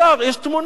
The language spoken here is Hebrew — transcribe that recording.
יש תמונות.